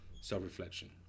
Self-reflection